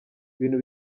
ibintu